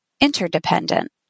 interdependent